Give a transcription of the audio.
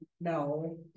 no